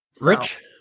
rich